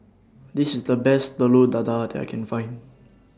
This IS The Best Telur Dadah that I Can Find